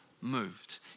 moved